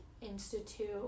institute